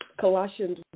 Colossians